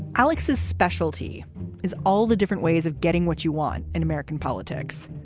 alex's specialty is all the different ways of getting what you want in american politics.